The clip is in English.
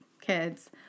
kids